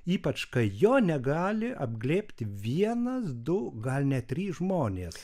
ypač kai jo negali apglėbti vienas du gal net trys žmonės